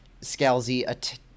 Scalzi